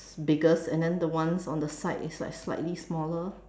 biggest and then the ones on the side is like slightly smaller